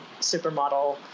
supermodel